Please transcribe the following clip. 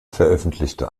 veröffentlichte